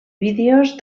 vídeos